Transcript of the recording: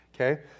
Okay